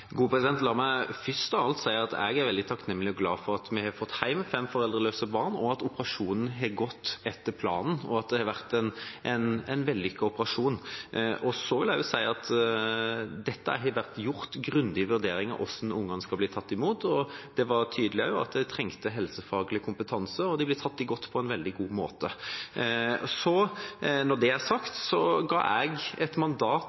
La meg først av alt si at jeg er veldig takknemlig og glad for at vi har fått hjem fem foreldreløse barn, at operasjonen har gått etter planen, og at det har vært en vellykket operasjon. Jeg vil også si at det har vært gjort grundige vurderinger av hvordan ungene skulle bli tatt imot. Det var tydelig at de trengte helsefaglig kompetanse, og de ble tatt imot på en veldig god måte. Når det er sagt, ga jeg et mandat,